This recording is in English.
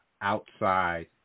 outside